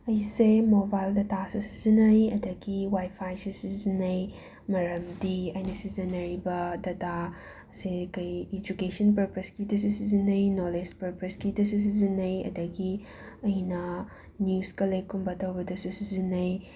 ꯑꯩꯁꯦ ꯃꯣꯕꯥꯏꯜ ꯗꯇꯥꯁꯨ ꯁꯤꯖꯤꯟꯅꯩ ꯑꯗꯒꯤ ꯋꯥꯏꯐꯥꯏꯁꯨ ꯁꯤꯖꯤꯟꯅꯩ ꯃꯔꯝꯗꯤ ꯑꯩꯅ ꯁꯤꯖꯤꯟꯅꯔꯤꯕ ꯗꯇꯥꯁꯤ ꯀꯩ ꯏꯖꯨꯀꯦꯁꯟ ꯄꯔꯄꯔꯁꯀꯤꯗꯁꯨ ꯁꯤꯖꯤꯟꯅꯩ ꯅꯣꯂꯦꯁ ꯄꯔꯄꯔꯁꯀꯤꯗꯁꯨ ꯁꯤꯖꯤꯟꯅꯩ ꯑꯗꯒꯤ ꯑꯩꯅ ꯅ꯭ꯌꯨꯁ ꯀꯜꯂꯦꯛꯀꯨꯝꯕ ꯇꯧꯕꯗꯁꯨ ꯁꯤꯖꯤꯟꯅꯩ